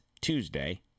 Tuesday